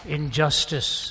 injustice